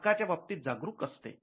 हक्काच्या बाबतीत जागृत असते